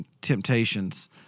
temptations